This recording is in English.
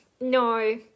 No